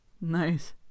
Nice